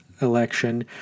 election